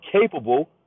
capable